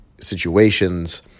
situations